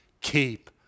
keep